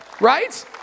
Right